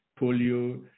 polio